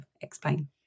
explain